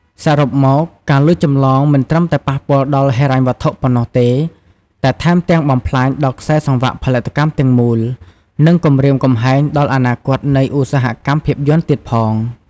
សរុបមក ការលួចចម្លងមិនត្រឹមតែប៉ះពាល់ដល់ហិរញ្ញវត្ថុប៉ុណ្ណោះទេ តែថែមទាំងបំផ្លាញដល់ខ្សែសង្វាក់ផលិតកម្មទាំងមូល និងគំរាមកំហែងដល់អនាគតនៃឧស្សាហកម្មភាពយន្តទៀតផង។